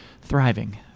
thriving